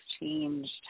changed